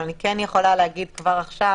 אבל אני כן יכולה להגיד כבר עכשיו,